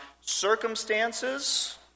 circumstances